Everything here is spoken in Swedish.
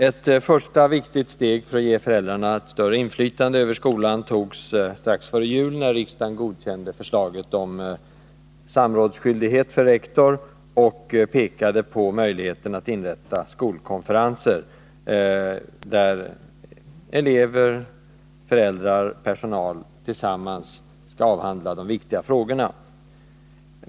Ett första viktigt steg för att ge föräldrarna större inflytande över skolan togs strax före jul, när riksdagen godkände förslaget om samrådsskyldighet för rektor och pekade på möjligheten att inrätta skolkonferenser, där elever, föräldrar och personal tillsammans skall avhandla viktiga frågor.